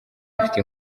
afite